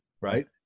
Right